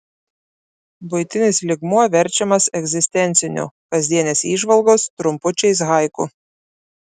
buitinis lygmuo verčiamas egzistenciniu kasdienės įžvalgos trumpučiais haiku